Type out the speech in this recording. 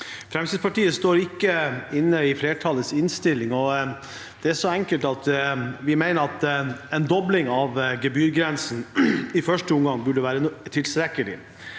Fremskrittspartiet står ikke inne i flertallets innstilling. Grunnen er så enkel som at vi mener en dobling av gebyrgrensen i første omgang burde være tilstrekkelig.